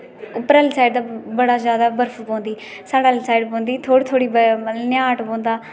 उप्पर आहली साइड ते बड़ा ज्यादा बर्फ पोंदी साढ़ेआहली साइड नेई पोंदी थोह्ड़ी थोह्ड़ी मतलब घट्ट पौंदी